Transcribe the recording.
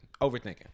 overthinking